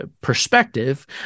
perspective